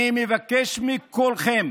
אני מבקש מכולכם